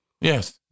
Yes